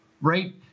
right